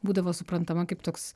būdavo suprantama kaip toks